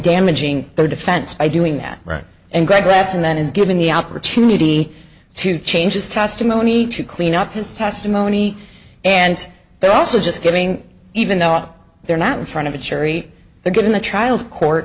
damaging their defense by doing that right and greg writes and then is given the opportunity to change his testimony to clean up his testimony and they're also just giving even though they're not in front of a jury the get in the trial court